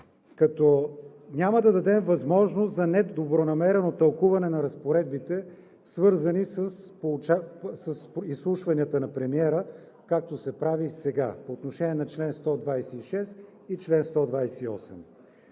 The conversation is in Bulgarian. няма да дадем възможност за недобронамерено тълкуване на разпоредбите, свързани с изслушванията на премиера, както се прави сега по отношение на чл. 126 и чл. 128.